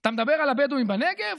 אתה מדבר על הבדואים בנגב?